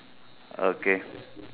okay